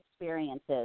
experiences